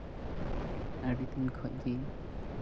ᱟᱹᱰᱤᱫᱤᱱ ᱠᱷᱚᱡ ᱜᱮ